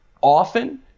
often